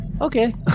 Okay